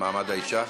מעמד האישה?